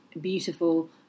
beautiful